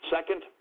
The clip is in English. Second